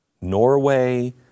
Norway